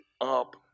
up